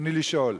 רצוני לשאול: